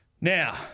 Now